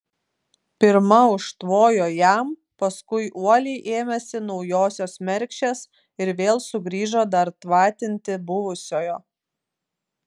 pirma užtvojo jam paskui uoliai ėmėsi naujosios mergšės ir vėl sugrįžo dar tvatinti buvusiojo